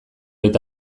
eta